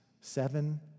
seven